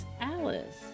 Alice